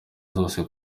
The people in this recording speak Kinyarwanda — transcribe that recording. zose